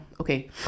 okay